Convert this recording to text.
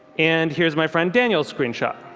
and here's my friend daniel's screen shot.